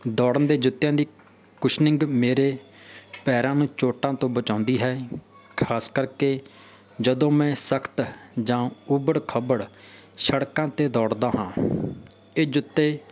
ਦੌੜਨ ਦੇ ਜੁੱਤਿਆਂ ਦੀ ਕੁਸ਼ਨਿੰਗ ਮੇਰੇ ਪੈਰਾਂ ਨੂੰ ਚੋਟਾਂ ਤੋਂ ਬਚਾਉਂਦੀ ਹੈ ਖਾਸ ਕਰਕੇ ਜਦੋਂ ਮੈਂ ਸਖਤ ਜਾਂ ਉਬੜ ਖਾਬੜ ਸੜਕਾਂ 'ਤੇ ਦੌੜਦਾ ਹਾਂ ਇਹ ਜੁੱਤੇ